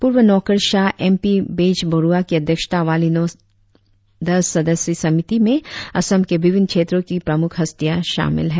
पूर्व नौकरशाह एमपी बेजबरुआ की अध्यक्षता वाली नौ दसस्यीय समिति में असम के विभिन्न क्षेत्रों की प्रमुख हस्तियां शामिल हैं